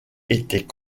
était